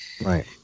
Right